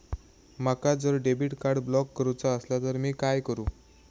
माका जर debit card block करूचा असला तर मी काय करू?